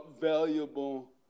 valuable